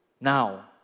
Now